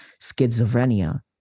schizophrenia